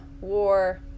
war